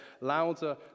louder